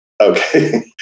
Okay